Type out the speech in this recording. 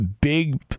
big